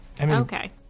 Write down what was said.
okay